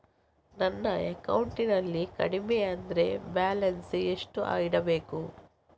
ನನ್ನ ಅಕೌಂಟಿನಲ್ಲಿ ಕಡಿಮೆ ಅಂದ್ರೆ ಬ್ಯಾಲೆನ್ಸ್ ಎಷ್ಟು ಇಡಬೇಕು?